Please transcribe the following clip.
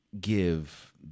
give